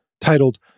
titled